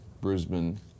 Brisbane